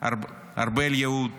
ישוחררו ארבל יהוד